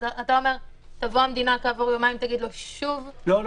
אתה אומר: תבוא המדינה כעבור יומיים תגיד לו שוב --- לא,